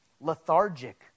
lethargic